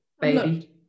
baby